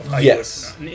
Yes